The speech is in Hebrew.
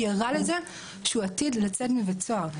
היא ערה לזה שהוא עתיד לצאת מבית סוהר,